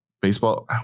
baseball